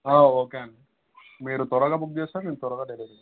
okay అండి మీరు త్వరగా బుక్ చేస్తే మీరు త్వరగా డెలివరీ